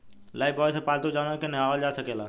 Lifebuoy से पाल्तू जानवर के नेहावल जा सकेला